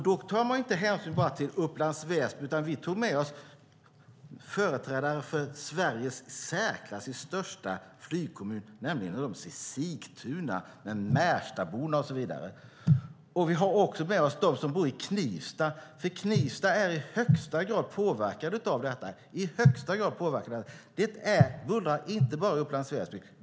Då tog vi inte bara hänsyn till Upplands Väsby, utan vi tog med oss företrädare för Sveriges i särklass största flygkommun, nämligen Sigtuna, med Märstaborna och så vidare. Vi hade också med oss dem som bor i Knivsta, för Knivsta är i högsta grad påverkad av detta. Det bullrar inte bara i Upplands Väsby.